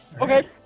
Okay